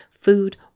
food